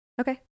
Okay